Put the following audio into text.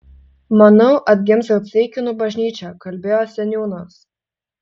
manau atgims ir ceikinių bažnyčia kalbėjo seniūnas